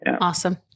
awesome